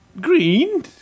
Green